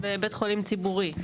בבית חולים ציבורי.